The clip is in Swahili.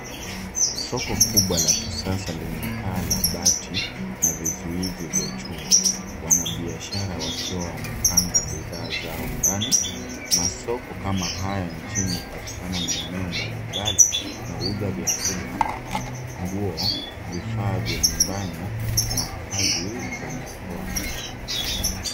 Soko kubwa la kisasa lenye paa la bati na vizuizi vya chuma. Wanabiashara wakiwa wamepanga bidhaa zao ndani. Masoko kama haya nchini kupatikana eneo mbalimbali na huuza vyakula, nguo ,vifaa vya nyumbani na kazi za mikono.